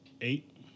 Eight